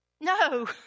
No